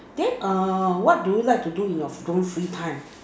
then err what do you like to do in your own free time